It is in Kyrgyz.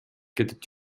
кетип